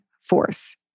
force